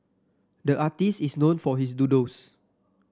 the artist is known for his doodles